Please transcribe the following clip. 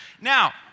Now